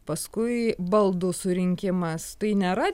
paskui baldų surinkimas tai nėra